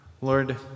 Lord